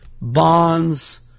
bonds